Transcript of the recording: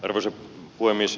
arvoisa puhemies